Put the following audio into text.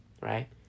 Right